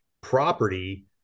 property